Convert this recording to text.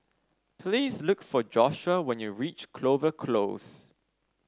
please look for Joshua when you reach Clover Close